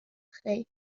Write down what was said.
خیر